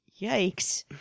Yikes